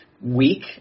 week